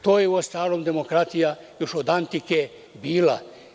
To je, uostalom, demokratija još od antike bila.